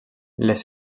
les